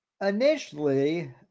initially